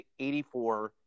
84